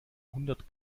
hundert